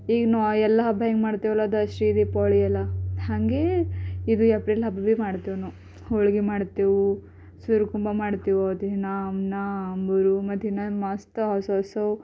ಏನು ಆ ಎಲ್ಲ ಹಬ್ಬ ಹೆಂಗೆ ಮಾಡ್ತೇವಲ್ಲ ದಸರಿ ದೀಪಾವಳಿ ಎಲ್ಲ ಹಂಗೆ ಇದು ಏಪ್ರಿಲ್ ಅದು ಭೀ ಮಾಡ್ತೀವಿ ನಾವು ಹೋಳ್ಗೆ ಮಾಡ್ತೇವೆ ಸುರುಕುಂಬಾ ಮಾಡ್ತೇವೆ ದಿನ ಅನ್ನ ಅಂಬುರು ಮತ್ತಿನ್ನು ಮಸ್ತ ಹೊಸ ಹೊಸವು